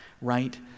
right